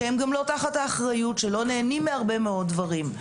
שהם גם לא תחת האחריות שלא נהנים מהרבה מאוד דברים.